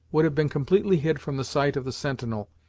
would have been completely hid from the sight of the sentinel,